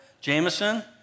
Jameson